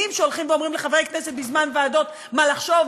שהולכים ואומרים לחברי כנסת בזמן ישיבות ועדות מה לחשוב,